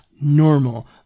normal